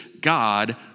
God